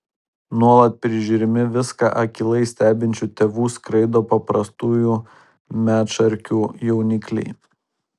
nuolat prižiūrimi viską akylai stebinčių tėvų skraido paprastųjų medšarkių jaunikliai